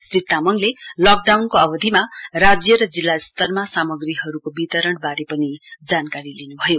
श्री तामङले लकडाउनको अवधिमा राज्य र जिल्ला स्तरमा सामग्रीहरुको वितरणवारे जानकारी लिनुभयो